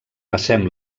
passem